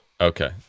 Okay